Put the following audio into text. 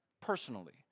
personally